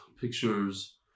pictures